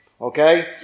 okay